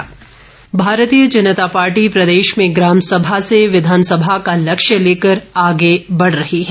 Suresh Kashyap Bharatiya Janata Party प्रदेश में ग्राम समा से विधानसभा का लक्ष्य लेकर आगे बढ़ रही है